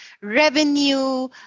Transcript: revenue